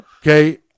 Okay